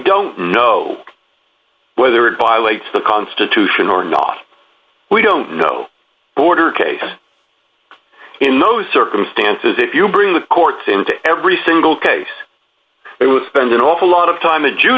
don't know whether it violates the constitution or not we don't know border case in those circumstances if you bring the courts into every single case they will spend an awful lot of time a